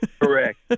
Correct